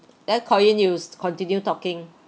eh ko yin you continue talking